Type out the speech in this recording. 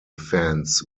fans